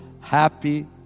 happy